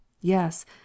YES